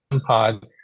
pod